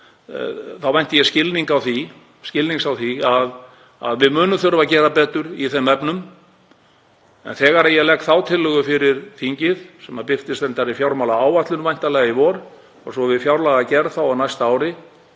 vænti ég skilnings á því að við munum þurfa að gera betur í þeim efnum. En þegar ég legg þá tillögu fyrir þingið, sem birtist reyndar í fjármálaáætlun væntanlega í vor og svo við fjárlagagerð á næsta ári,